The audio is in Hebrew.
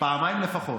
פעמיים לפחות.